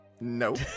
nope